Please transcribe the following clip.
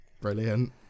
Brilliant